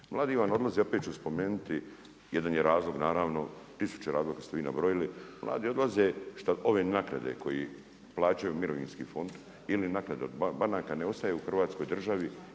Mladi vam odlaze, opet ću spomenuti, jedan je razlog, naravno, tisuće razloga ste vi nabrojali, mladi odlaze šta ove naknade koji plaćaju mirovinski fond ili nakade od banaka ne ostaju u Hrvatskoj državi